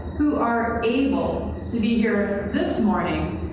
who are able to be here this morning,